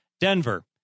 Denver